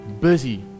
busy